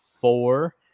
four